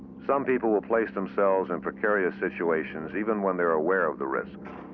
some people ah place themselves in precarious situations even when they're aware of the risks.